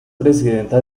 presidenta